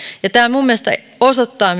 tämä minun mielestäni myöskin osoittaa